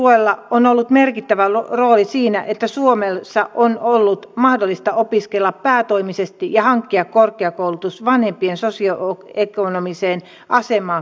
opintotuella on ollut merkittävä rooli siinä että suomessa on ollut mahdollista opiskella päätoimisesti ja hankkia korkeakoulutus vanhempien sosioekonomiseen asemaan katsomatta